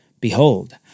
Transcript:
behold